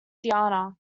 diana